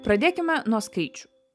pradėkime nuo skaičių